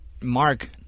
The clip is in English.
Mark